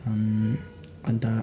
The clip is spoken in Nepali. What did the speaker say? अन्त